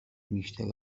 بیشتر